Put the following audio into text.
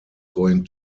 going